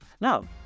No